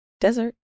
desert